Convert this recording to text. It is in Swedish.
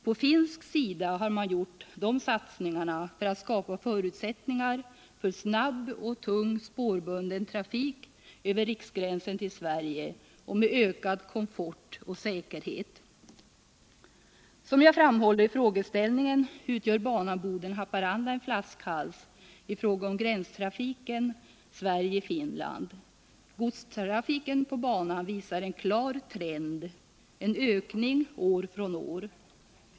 På finsk sida har man gjort dessa satsningar för att skapa förutsättningar för snabb och tyngre spårbunden trafik över riksgränsen till Sverige, och med ökad komfort och säkerhet. Som jag framhåller i frågan utgör banan Boden-Haparanda en flaskhals i fråga om gränstrafiken Sverige-Finland. Godstrafiken på banan visar en klar trend: en ökning år för år.